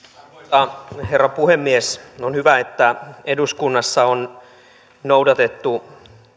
arvoisa herra puhemies on hyvä että eduskunnassa on noudatettu